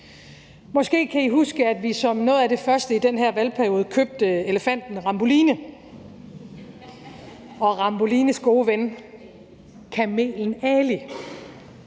Måske kan I huske, at vi som noget af det første i den her valgperiode købte elefanten Ramboline og Rambolines gode ven kamelen Ali.